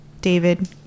David